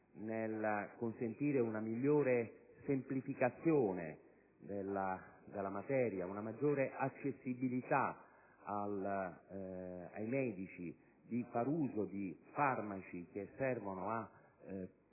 nel consentire una migliore semplificazione della materia, una maggiore accessibilità ai medici nel far uso di farmaci che servono a tenere